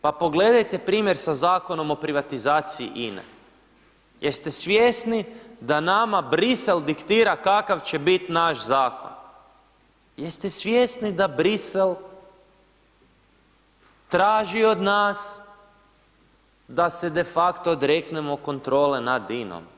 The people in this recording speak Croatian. Pa pogledajte primjer sa Zakonom o privatizaciji INE, jeste svjesni da nama Bruxelles diktira kakav će bit naš zakon, jeste svjesni da Bruxelles traži od nas da se de facto odreknemo kontrole nad INOM?